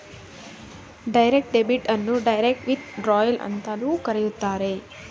direct debit ಅನ್ನು direct withdrawal ಅಂತಲೂ ಕರೆಯುತ್ತಾರೆ